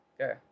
okay